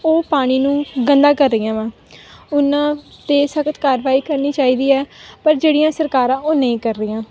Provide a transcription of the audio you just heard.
ਉਹ ਪਾਣੀ ਨੂੰ ਗੰਦਾ ਕਰ ਰਹੀਆਂ ਵਾ ਉਹਨਾਂ 'ਤੇ ਸਖ਼ਤ ਕਾਰਵਾਈ ਕਰਨੀ ਚਾਹੀਦੀ ਹੈ ਪਰ ਜਿਹੜੀਆਂ ਸਰਕਾਰਾਂ ਉਹ ਨਹੀਂ ਕਰ ਰਹੀਆਂ